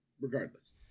regardless